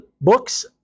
books